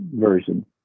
version